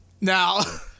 Now